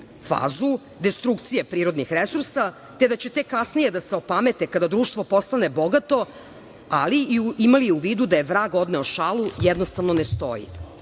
fazu destrukcije prirodnih resursa, te da će tek kasnije da se opamete kada društvo postane bogato, ali i imati u vidu da je vrag odneo šalu jednostavno ne